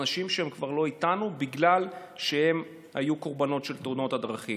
קסדות של אנשים שכבר לא איתנו בגלל שהם היו קורבנות של תאונות הדרכים.